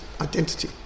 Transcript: identity